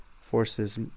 forces